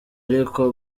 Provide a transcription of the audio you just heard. ariko